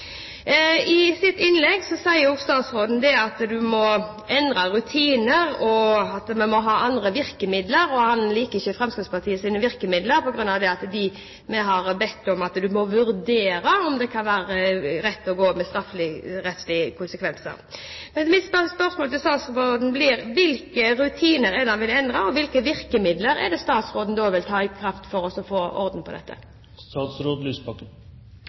I sitt innlegg sier også statsråden at man må endre rutiner, at man må ha andre virkemidler, og at han ikke liker Fremskrittspartiets virkemidler på grunn av at vi har bedt regjeringen «vurdere» om det kan være rett med en strafferettslig konsekvens. Mitt spørsmål til statsråden blir: Hvilke rutiner er det han vil endre? Og hvilke virkemidler er det statsråden da vil ta i bruk for å få orden på dette?